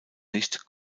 nicht